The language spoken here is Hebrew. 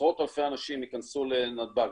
עשרות אלפי אנשים ייכנסו לנתב"ג.